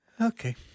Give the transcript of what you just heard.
Okay